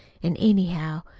an', anyhow,